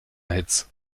hits